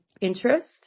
interest